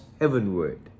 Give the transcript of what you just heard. heavenward